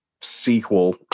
sequel